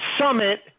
summit